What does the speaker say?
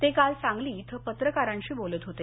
ते काल सांगली इथं पत्रकारांशी बोलत होते